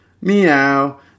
Meow